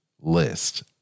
list